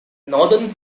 northern